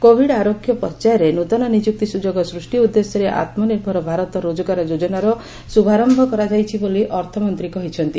Covid ଆରୋଗ୍ୟ ପର୍ଯ୍ୟାୟରେ ନୂତନ ନିଯୁକ୍ତି ସୁଯୋଗ ସ୍ପଷ୍ଟି ଉଦ୍ଦେଶ୍ୟରେ ଆତ୍ମନିର୍ଭର ଭାରତ ରୋଜଗାର ଯୋଜନାର ଶୁଭାରମ୍ଭ କରାଯାଇଛି ବୋଲି ଅର୍ଥମନ୍ତ୍ରୀ କହିଛନ୍ତି